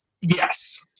Yes